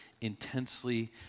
intensely